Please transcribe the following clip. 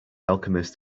alchemist